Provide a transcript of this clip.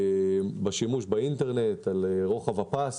השיפור בשימוש באינטרנט, על רוחב הפס